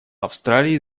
австралии